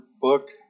book